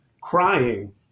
crying